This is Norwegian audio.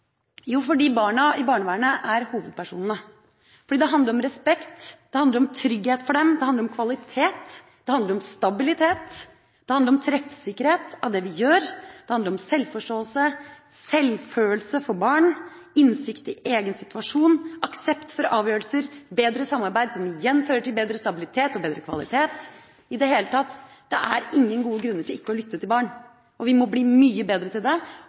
Jo, fordi barna i barnevernet er hovedpersonene, fordi det handler om respekt, det handler om trygghet for dem, det handler om kvalitet, det handler om stabilitet, det handler om treffsikkerhet av det vi gjør, det handler om selvforståelse, selvfølelse for barn, innsikt i egen situasjonen, aksept for avgjørelser, bedre samarbeid, som igjen fører til bedre stabilitet og bedre kvalitet. I det hele tatt: Det er ingen gode grunner til ikke å lytte til barn. Vi må bli mye bedre til det.